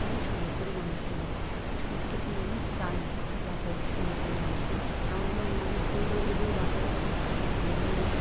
সবাই সুন্দর করে মানুষ করুক কিছু কিছু কিছু মানুষ চায় না বাচ্চাদের সুন্দর করে মানুষ করুক এমন এমন মানে ভুল ধরিয়ে দেবে বাচ্চারা তখন মানে